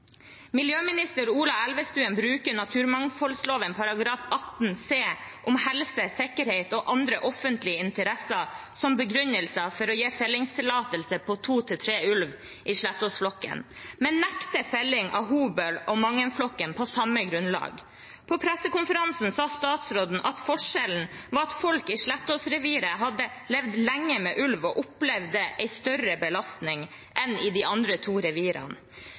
Miljøminister Ola Elvestuen bruker naturmangfoldloven § 18 c, om helse- og sikkerhetshensyn eller andre offentlige interesser, som begrunnelse for å gi fellingstillatelse på to til tre ulver i Slettås-flokken, men nekter felling av Hobøl- og Mangen-flokken på samme grunnlag. I pressekonferansen sa statsråden at forskjellen var at folk i Slettås-reviret hadde levd lenge med ulv og opplevd en større belastning enn i de andre to revirene.